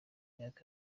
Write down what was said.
myaka